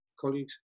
colleagues